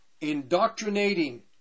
indoctrinating